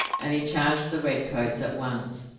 and he charged the redcoats at once.